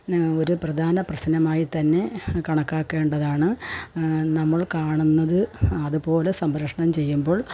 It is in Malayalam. ഒരു പ്രധാന പ്രശ്നമായിത്തന്നെ കണക്കാക്കേണ്ടതാണ് നമ്മൾ കാണുന്നത് അതുപോലെ സംപ്രേഷണം ചെയ്യുമ്പോൾ